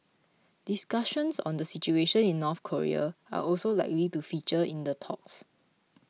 discussions on the situation in North Korea are also likely to feature in the talks